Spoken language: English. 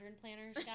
planners